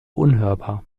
unhörbar